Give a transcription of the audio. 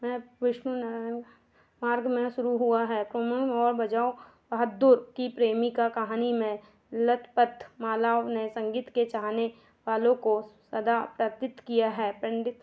मैं विष्णु नारायण मार्ग में शुरू हुआ है कुमुण और बजाओ बहादुर की प्रेमिका कहानी में लतपथ मालाओं ने संगीत के चाहने वालों को सदा प्रेरित किया है पंडित